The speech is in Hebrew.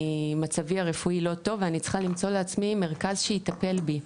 מצבי הרפואי לא טוב ואני צריכה למצוא לעצמי מרכז שיטפל בי.